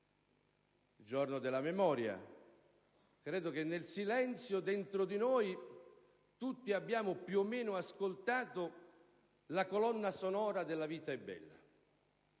del Giorno della Memoria. Credo che nel silenzio, dentro di noi, tutti abbiamo sentito la colonna sonora de «La vita è bella»;